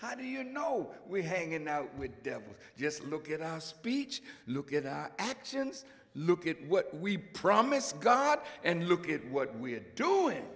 how do you know we hanging out with devils just look at our speech look at our actions look at what we promise god and look at what we are doing